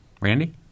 Randy